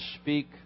speak